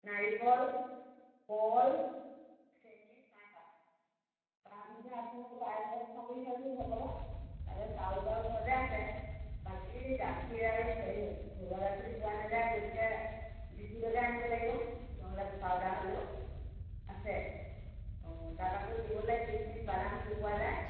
নাৰিকল কল চেনি চাহপাত তাৰ পিছতে আকৌ পায়স অকণ খোৱাম বুলি ভাবিছোঁ ভকতক তালৈ চাউল তাউল বাৰু ঘৰতে আছে বাকী গাখীৰ আৰু চেনি ঘৰুৱা গাখীৰটো পোৱা নাযায় গতিকে লিকুইডকে আনিব লাগিব নহ'লে পাউডাৰ হ'লেও আছে অঁ তাত আকৌ দিবলে কিচমিচ বাদাম কি পোৱা যায়